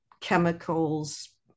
chemicals